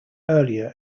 earlier